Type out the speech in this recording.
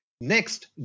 next